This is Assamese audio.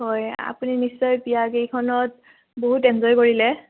হয় আপুনি নিশ্চয় বিয়া কেইখনত বহুত এনজয় কৰিলে